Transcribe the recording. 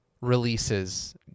releases